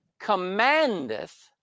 commandeth